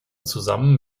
zusammen